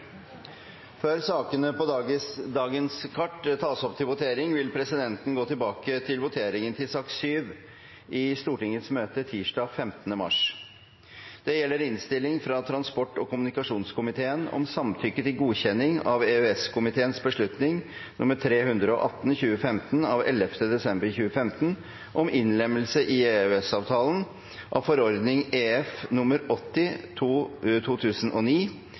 Før sakene på dagens kart tas opp til votering, vil presidenten gå tilbake til voteringen i sak nr. 7 i Stortingets møte tirsdag den 15. mars. Det gjelder innstilling fra transport- og kommunikasjonskomiteen om samtykke til godkjenning av EØS-komiteens beslutning nr. 318/2015 av 11. desember 2015 om innlemmelse i EØS-avtalen av forordning